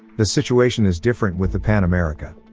the situation is different with the pan america.